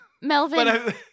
Melvin